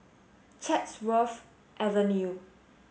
Chatsworth Avenue